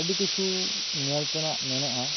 ᱟᱹᱰᱤ ᱠᱤᱪᱷᱩ ᱧᱮᱞ ᱛᱮᱱᱟᱜ ᱢᱮᱱᱟᱜᱼᱟ